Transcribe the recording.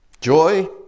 Joy